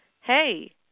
Hey